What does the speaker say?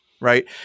Right